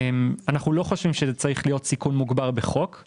אנחנו לא חושבים שזה צריך להיות סיכון מוגבר בחוק;